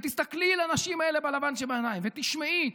ותסתכלי לנשים האלה בלבן שבעיניים, ותשמעי.